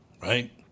right